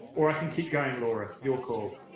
or i can keep going, laura. your call!